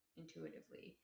intuitively